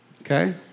okay